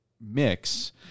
mix